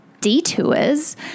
detours